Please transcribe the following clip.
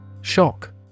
Shock